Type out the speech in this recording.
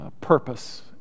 purpose